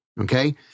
Okay